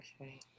Okay